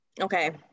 okay